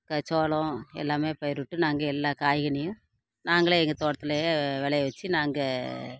சோளம் எல்லாம் பயிரிட்டு நாங்கள் எல்லா காய்கறியும் நாங்களே எங்கள் தோட்டத்திலேயே விளைய வச்சு நாங்கள்